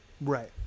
Right